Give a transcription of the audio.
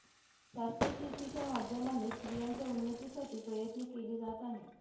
शाश्वत शेती च्या माध्यमाने स्त्रियांच्या उन्नतीसाठी प्रयत्न केले जात आहे